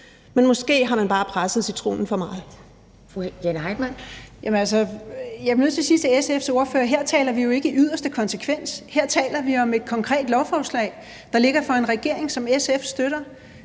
Jane Heitmann (V): Jamen jeg bliver nødt til at sige til SF's ordfører, at her taler vi jo ikke i yderste konsekvens. Her taler vi om et konkret lovforslag, der ligger fra en regering, som SF støtter.